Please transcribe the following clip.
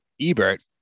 Ebert